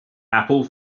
apple